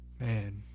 man